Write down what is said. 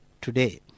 today